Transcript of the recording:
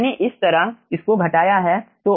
मैंने इस तरह इसको घटाया है